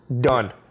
Done